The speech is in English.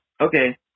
Okay